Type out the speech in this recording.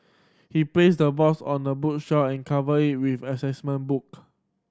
he placed the box on a bookshelf and covered it with an assessment book